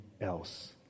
else